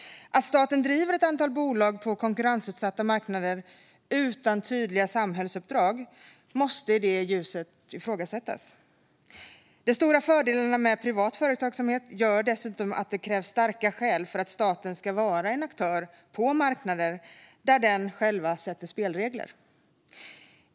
Att staten driver ett antal bolag på konkurrensutsatta marknader, utan tydliga samhällsuppdrag, måste i det ljuset ifrågasättas. De stora fördelarna med privat företagsamhet gör dessutom att det krävs starka skäl för att staten ska vara en aktör på marknader där den själv sätter spelregler.